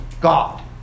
God